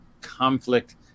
conflict